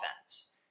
offense